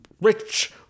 rich